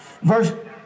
Verse